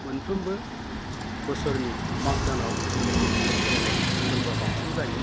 मोनफ्रोमबो बोसोरनि मागो दानाव बे खेराइनाय फोरबोआ बांसिन जायो